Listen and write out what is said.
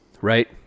right